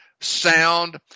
sound